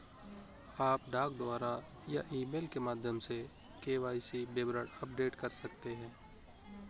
आप डाक द्वारा या ईमेल के माध्यम से के.वाई.सी विवरण अपडेट कर सकते हैं